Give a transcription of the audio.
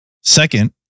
Second